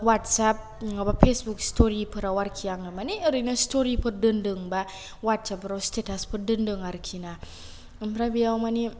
WhatsApp नङाबा Facebook स्ट'रीफोराव आरोखि आङो मानि ओरैनो स्ट'रीफोर दोन्दों बा वाट्साबफ्राव स्टेटासफोर दोन्दों आरोखिना आमफ्राय बेयाव मानि